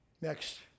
Next